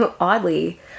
oddly